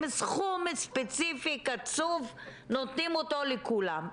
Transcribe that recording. סכום ספציפי קצוב נותנים אותו לכולם.